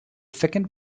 second